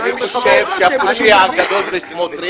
אלוהים ישמור --- אני חושב שהפושע הגדול זה סמוטריץ'.